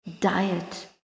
diet